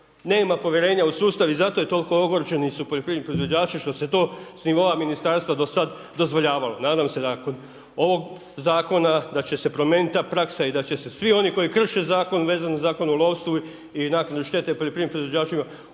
Nema povjerena u sustav i zato je toliko ogorčeni su poljoprivredni proizvođači što se to s nivoa ministarstva do sad dozvoljavalo. Nadam se da kod ovog zakona da će se promijeniti ta praksa i da će se svi oni koji krše zakon vezan za Zakon o lovstvu i naknadi štete poljoprivrednim proizvođačima,